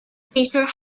peter